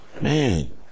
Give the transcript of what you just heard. Man